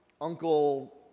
uncle